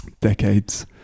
decades